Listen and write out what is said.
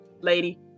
lady